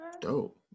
Dope